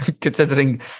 considering